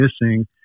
missing